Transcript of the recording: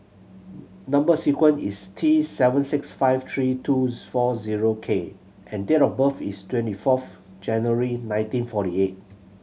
number sequence is T seven six five three two four zero K and date of birth is twenty fourth January nineteen forty eight